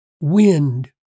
wind